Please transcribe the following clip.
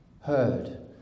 heard